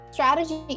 strategy